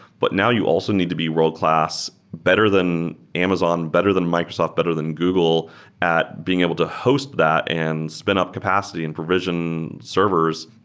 but now you also need to be world-class better than amazon, better than microsoft, better than google at being able to host that and spin up capacity and provision servers,